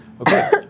Okay